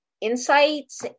insights